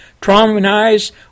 traumatize